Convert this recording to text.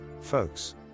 folks